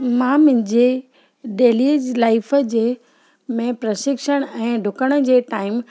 मां मुंहिंजे डेलीअ जी लाइफ़ जे में प्रशिक्षण ऐं ॾुकण जे टाइम